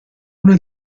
una